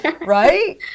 right